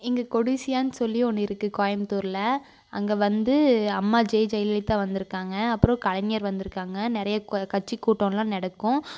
இங்கே கொடிசியானு சொல்லி ஒன்று இருக்குது கோயமுத்தூரில் அங்கே வந்து அம்மா ஜெ ஜெயலலிதா வந்திருக்காங்க அப்புறம் கலைஞர் வந்திருக்காங்க நிறைய கட்சி கூட்டலாம் நடக்கும்